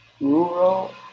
rural